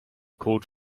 code